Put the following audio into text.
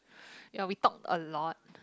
ya we talk a lot